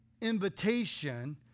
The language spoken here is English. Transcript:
invitation